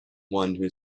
who